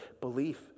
Belief